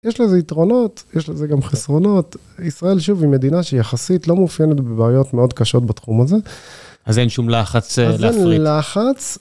יש לזה יתרונות, יש לזה גם חסרונות. ישראל, שוב, היא מדינה שיחסית לא מאופיינת בבעיות מאוד קשות בתחום הזה. אז אין שום לחץ להפריד. אז אין לחץ.